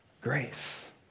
grace